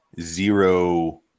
zero